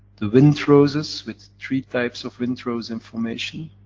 the wind roses with three types of wind rose information.